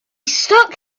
stuck